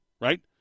right